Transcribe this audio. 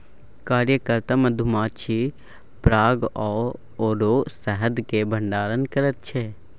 कार्यकर्ता मधुमाछी पराग आओर शहदक भंडारण करैत छै